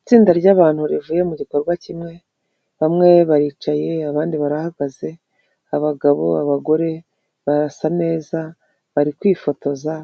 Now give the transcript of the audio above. Itsinda ry'abantu rivuye mu gikorwa kimwe bamwe baricaye abandi barahagaze abagabo abagore barasa neza bari kwifotoza